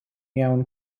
iawn